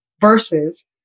versus